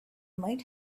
might